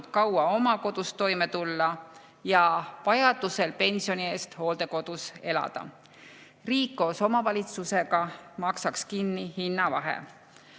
kaua oma kodus toime tulla ja vajaduse korral pensioni eest hooldekodus elada. Riik koos omavalitsusega maksaks kinni hinnavahe.